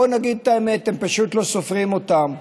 בוא נגיד את האמת, אתם פשוט לא סופרים אותם,